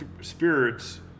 spirits